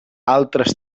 altres